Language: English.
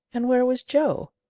and where was joe?